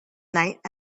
night